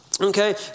okay